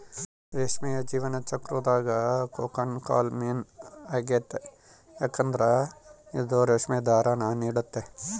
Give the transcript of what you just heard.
ರೇಷ್ಮೆಯ ಜೀವನ ಚಕ್ರುದಾಗ ಕೋಕೂನ್ ಕಾಲ ಮೇನ್ ಆಗೆತೆ ಯದುಕಂದ್ರ ಇದು ರೇಷ್ಮೆ ದಾರಾನ ನೀಡ್ತತೆ